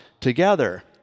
together